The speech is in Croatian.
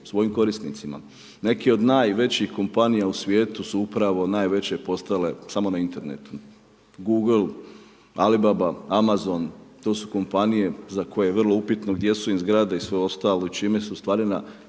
svojim korisnicima. Neki od najvećih kompanija u svijetu su upravo najveće postale samo na internetu, Google, Alibaba, Amazon, to su kompanije za koje vrlo upitno gdje su im zgrade i sve ostalo čime su ostvarena,